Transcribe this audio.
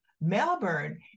Melbourne